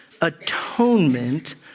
atonement